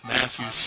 Matthew